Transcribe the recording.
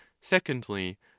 Secondly